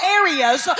areas